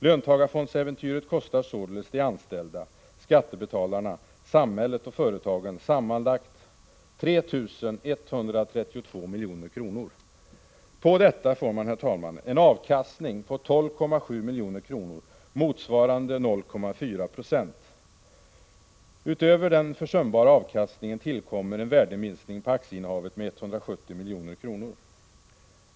Löntagarfondsäventyret kostar således de anställda, skattebetalarna, samhället och företagen sammanlagt 3 132 milj.kr. På detta får man en avkastning på 12,7 milj.kr. motsvarande 0,4 70. Utöver den försumbara avkastningen tillkommer en värdeminskning på aktieinnehavet med 170 milj.kr.